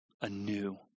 anew